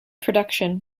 production